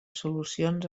solucions